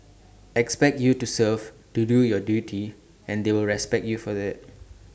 expect you to serve to do your duty and they will respect you for IT